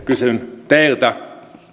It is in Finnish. kysyn teiltä